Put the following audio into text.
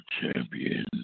champion